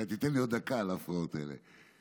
אתה תיתן לי עוד דקה על ההפרעות האלה.